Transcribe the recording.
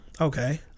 Okay